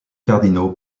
cardinaux